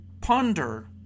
ponder